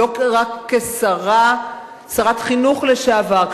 לא רק כשרת החינוך לשעבר.